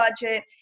budget